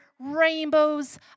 rainbows